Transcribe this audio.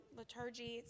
liturgy